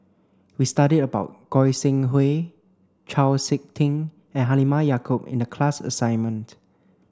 we studied about Goi Seng Hui Chau Sik Ting and Halimah Yacob in the class assignment